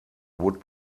would